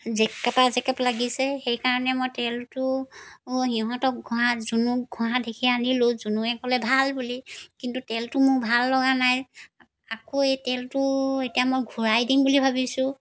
জেকেপা জেকেপ লাগিছে সেইকাৰণে মই তেলটো ইহঁতক ঘঁহা জুনুক ঘঁহা দেখি আনিলোঁ জুনুৱে ক'লে ভাল বুলি কিন্তু তেলটো মোৰ ভাল লগা নাই আকৌ এই তেলটো এতিয়া মই ঘূৰাই দিম বুলি ভাবিছোঁ